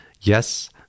Yes